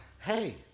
hey